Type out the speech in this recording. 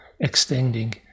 extending